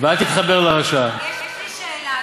ואל תתחבר לרשע" יש לי שאלה,